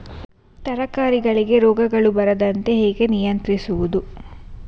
ತರಕಾರಿಗಳಿಗೆ ರೋಗಗಳು ಬರದಂತೆ ಹೇಗೆ ನಿಯಂತ್ರಿಸುವುದು?